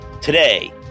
Today